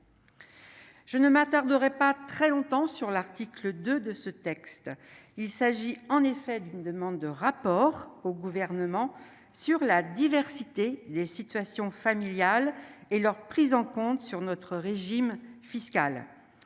je ne m'attarderai pas très longtemps sur l'article 2 de ce texte, il s'agit en effet d'une demande de rapport au gouvernement sur la diversité des situations familiales et leur prise en compte sur notre régime fiscal,